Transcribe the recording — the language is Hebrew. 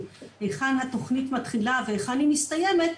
היכן התכנית מתחילה והיכן היא מסתיימת,